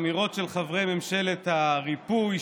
אמירות של חברי ממשלת הריפוי,